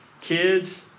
Kids